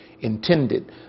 intended